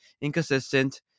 Inconsistent